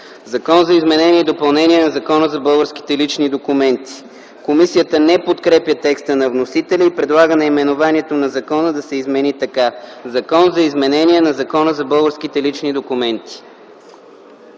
Закон за изменение и допълнение на Закона за българските лични документи.” Комисията не подкрепя текста на вносителя и предлага наименованието на закона да се измени така: „Закон за изменение на Закона за българските лични документи”.